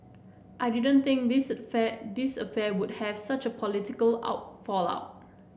I didn't think this affair this affair would have such a political out fallout